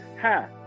half